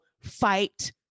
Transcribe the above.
fight